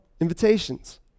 invitations